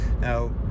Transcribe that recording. Now